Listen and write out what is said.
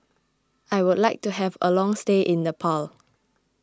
I would like to have a long stay in Nepal